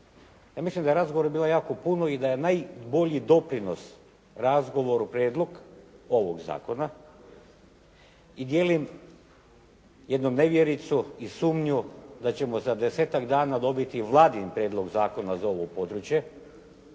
Ja mislim da je razgovora bilo jako puno i da je najbolji doprinos razgovoru prijedlog ovog zakona i dijelim jednu nevjericu i sumnju da ćemo za desetak dana dobiti Vladin prijedlog zakona za ovo područje.